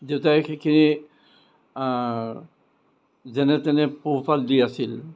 দেউতাই সেইখিনি যেনে তেনে পোহপাল দি আছিল